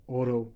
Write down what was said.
Auto